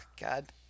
god